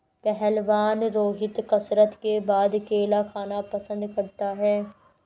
पहलवान रोहित कसरत के बाद केला खाना पसंद करता है